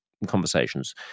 conversations